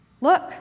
Look